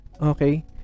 Okay